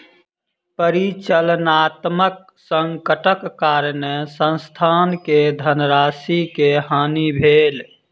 परिचालनात्मक संकटक कारणेँ संस्थान के धनराशि के हानि भेल